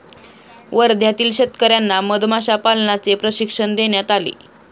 वर्ध्यातील शेतकर्यांना मधमाशा पालनाचे प्रशिक्षण देण्यात आले